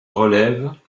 relèvent